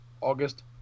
August